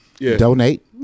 donate